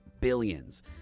Billions